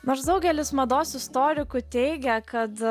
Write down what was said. nors daugelis mados istorikų teigia kad